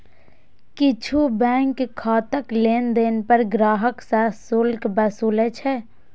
किछु बैंक खाताक लेनदेन पर ग्राहक सं शुल्क वसूलै छै